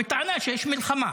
בטענה שיש מלחמה.